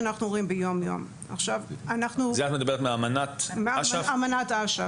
את מדברת מאמנת אש"ף?